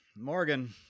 Morgan